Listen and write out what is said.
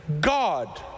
God